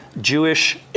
Jewish